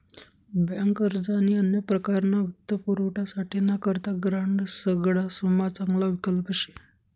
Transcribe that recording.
bank अर्ज आणि अन्य प्रकारना वित्तपुरवठासाठे ना करता ग्रांड सगडासमा चांगला विकल्प शे